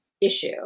issue